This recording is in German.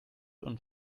und